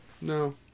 No